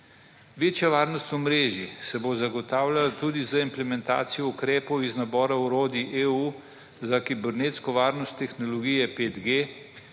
Večja varnost omrežij se bo zagotavljala tudi z implementacijo ukrepov iz nabora orodij EU za kibernetsko varnost tehnologije 5G,